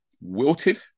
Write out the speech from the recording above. wilted